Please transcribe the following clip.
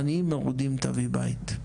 עניים מרודים תביא בית.